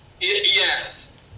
Yes